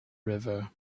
river